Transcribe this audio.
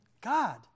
God